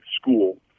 school